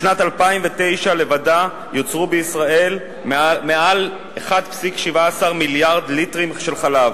בשנת 2009 לבדה יוצרו בישראל יותר מ-1.17 מיליארד ליטרים של חלב,